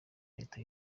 leta